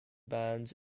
bands